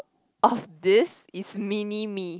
of this is mini me